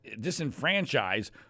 disenfranchise